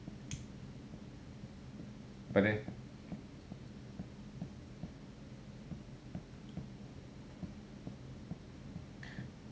but then